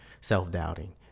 self-doubting